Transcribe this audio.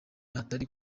hatari